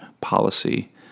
policy